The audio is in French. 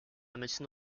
médecine